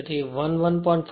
તેથી 11